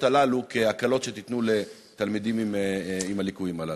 הללו כהקלות שתיתנו לתלמידים עם הלקויות הללו?